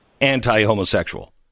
anti-homosexual